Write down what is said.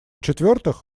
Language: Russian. четвертых